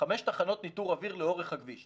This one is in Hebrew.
חמש תחנות ניטור אוויר לאורך הכביש,